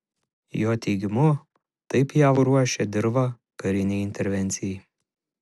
jo teigimu taip jav ruošia dirvą karinei intervencijai